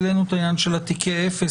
העלינו את העניין של תיקי אפס.